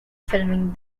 filming